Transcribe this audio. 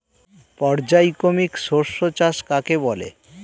পর্যায়ক্রমিক শস্য চাষ কাকে বলে?